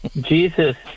Jesus